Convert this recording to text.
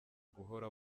guhora